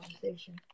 conversation